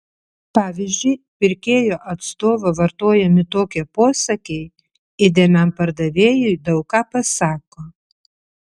pavyzdžiui pirkėjo atstovo vartojami tokie posakiai įdėmiam pardavėjui daug ką pasako